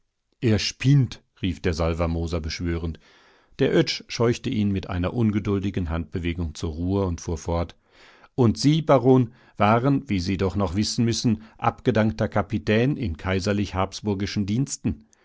er spinnt rief der salvermoser beschwörend der oetsch scheuchte ihn mit einer ungeduldigen handbewegung zur ruhe und fuhr fort und sie baron waren wie sie doch noch wissen müssen abgedankter kapitän in kaiserlich habsburgischen diensten